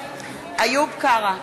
איוב קרא,